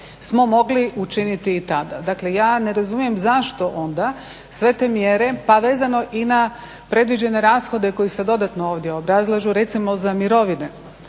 smo mogli učiniti i tada. Dakle, ja ne razumijem zašto onda sve te mjere, pa vezano i na predviđene rashode koji se dodatno ovdje obrazlažu recimo za mirovine